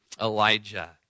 Elijah